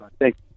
Thanks